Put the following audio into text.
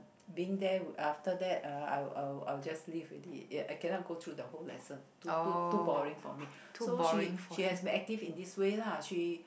being there after that uh I'll I'll I'll just leave already I cannot go through the whole lesson too too too boring for me so she she has been active in this way lah she